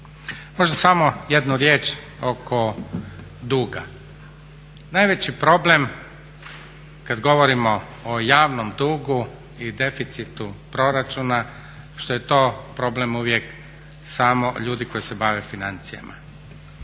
Možda samo jednu riječ oko duga. Najveći problem kad govorimo o javnom dugu i deficitu proračuna što je to problem uvijek samo ljudi koji se bave financijama.